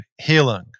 Healing